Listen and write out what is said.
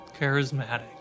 charismatic